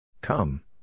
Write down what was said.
Come